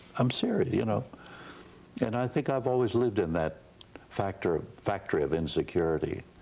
i'm serious. you know and i think i've always lived in that factory factory of insecurity.